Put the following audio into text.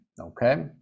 okay